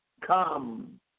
come